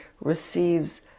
receives